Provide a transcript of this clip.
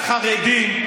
תראה את החרדים,